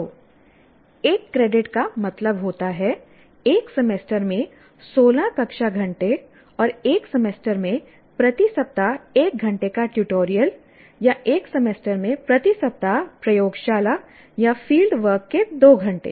तो एक क्रेडिट का मतलब होता है एक सेमेस्टर में 16 कक्षा घंटे और एक सेमेस्टर में प्रति सप्ताह 1 घंटे का ट्यूटोरियल या एक सेमेस्टर में प्रति सप्ताह प्रयोगशाला या फील्ड वर्क के 2 घंटे